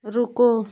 रुको